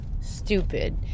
stupid